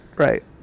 Right